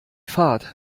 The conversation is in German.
fahrt